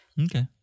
Okay